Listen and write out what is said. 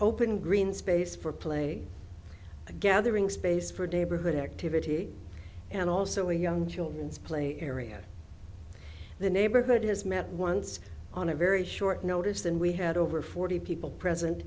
open green space for play a gathering space for debut hood activity and also a young children's play area the neighborhood has met once on a very short notice and we had over forty people present